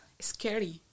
Scary